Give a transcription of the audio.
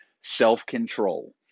self-control